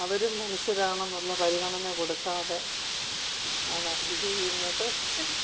അവരും മനുഷ്യരാണെന്നുഉള്ള പരിഗണന കൊടുക്കാതെ ആണ് ഇത് ചെയ്യുന്നത്